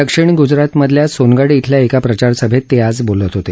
दक्षिण गुजरात मधल्या सोनगढ क्विल्या एका प्रचारसभेत ते आज बोलत होते